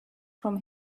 from